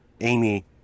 Amy